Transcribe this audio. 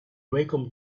wacom